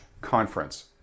conference